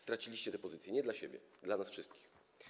Straciliście tę pozycję nie dla siebie, ale dla nas wszystkich.